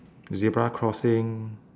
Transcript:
zebra crossing